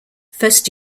first